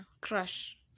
crush